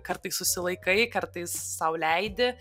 kartais susilaikai kartais sau leidi